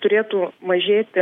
turėtų mažėti